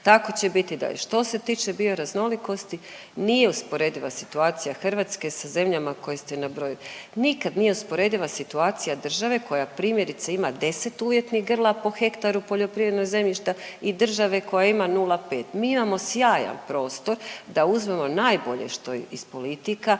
Tako će biti i dalje. Što se tiče bioraznolikosti nije usporediva situacija Hrvatske sa zemljama koje ste nabrojili. Nikad nije usporediva situacija države koja primjerice ima 10 uvjetnih grla po hektaru poljoprivrednog zemljišta i države koja ima 0,5. Mi imamo sjajan prostor da uzmemo najbolje što je iz politika